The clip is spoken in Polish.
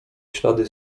ślady